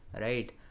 right